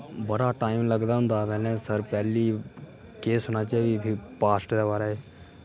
बड़ा टैम लगदा होंदा हा पैह्लें सर पैह्ली केह् सनाचै फ्ही पास्ट दे बारै च